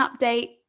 update